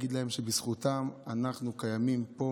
ולהגיד להם שבזכותם אנחנו קיימים פה,